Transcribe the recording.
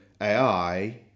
AI